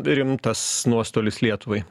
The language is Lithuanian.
rimtas nuostolis lietuvai